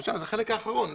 זה החלק האחרון.